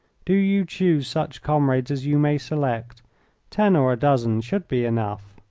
do you choose such comrades as you may select ten or a dozen should be enough.